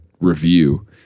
review